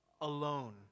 alone